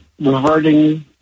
reverting